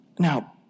Now